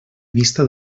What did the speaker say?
vista